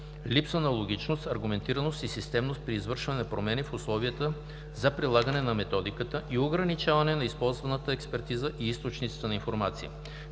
липса на логичност, аргументираност и системност при извършване на промени в условията за прилагане на методиката и ограничаване на използваната експертиза и източниците на информация.